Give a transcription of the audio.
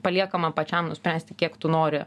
paliekama pačiam nuspręsti kiek tu nori